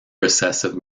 recessive